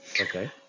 okay